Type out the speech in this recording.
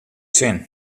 sin